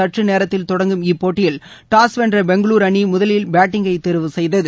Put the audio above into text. ஷார்ஜாவில் இன்னும் சற்று நேரத்தில் தொடங்கும் இப்போட்டியில் டாஸ் வென்ற பெங்களூரு அணி முதலில் பேட்டிங்கை தேர்வு செய்தது